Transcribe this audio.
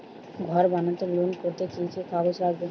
ঘর বানাতে লোন করতে কি কি কাগজ লাগবে?